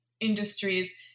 industries